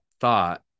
thought